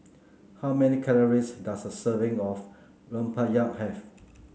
how many calories does a serving of Rempeyek have